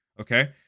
Okay